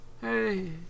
hey